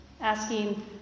asking